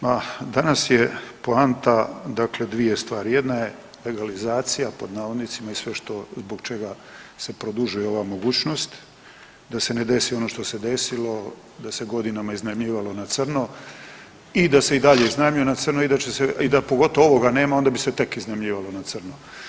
Ma danas je poanta dakle dvije stvari, jedna je „legalizacija“ i sve što zbog čega se produžuje ova mogućnost da se ne desi ono što se desilo da se godinama iznajmljivalo na crno i da se i dalje iznajmljuje na crno i da će i da pogotovo ovoga nema onda bi se tek iznajmljivalo na crno.